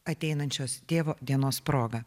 ateinančios tėvo dienos proga